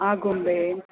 Agumbe